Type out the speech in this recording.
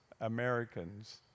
Americans